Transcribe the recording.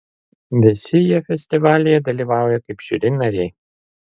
visi jie festivalyje dalyvauja kaip žiuri nariai